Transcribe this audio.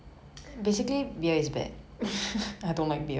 不喜欢喝啤酒 mm